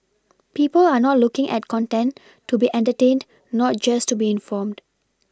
people are not looking at content to be entertained not just to be informed